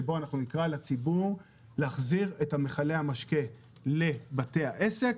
שבו נקרא לציבור להחזיר את מכלי המשקה לבתי העסק